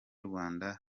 rwanda